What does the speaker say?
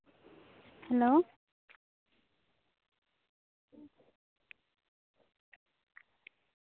hello